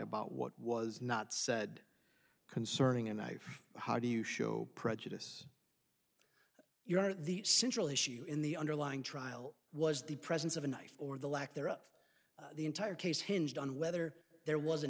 about what was not said concerning a knife how do you show prejudice your honor the central issue in the underlying trial was the presence of a knife or the lack there of the entire case hinged on whether there was a